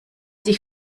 sich